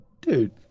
Dude